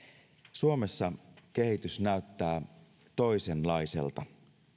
suomessa kehitys näyttää toisenlaiselta